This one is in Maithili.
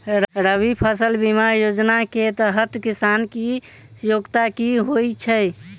रबी फसल बीमा योजना केँ तहत किसान की योग्यता की होइ छै?